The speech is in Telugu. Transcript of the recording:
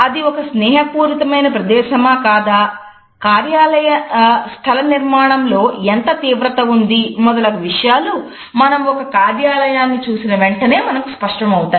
అది ఒక స్నేహపూరితమైన ప్రదేశమా కాదా కార్యాలయ స్థలనిర్మాణంలో ఎంత తీవ్రత ఉంది మొదలగు విషయాలు మనం ఒక కార్యాలయాన్ని చూసిన వెంటనే మనకు స్పష్టమవుతాయి